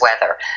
weather